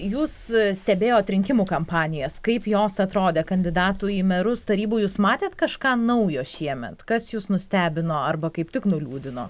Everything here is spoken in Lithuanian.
jūs stebėjote rinkimų kampanijas kaip jos atrodė kandidatų į merus tarybų jūs matėt kažką naujo šiemet kas jus nustebino arba kaip tik nuliūdino